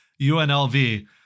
UNLV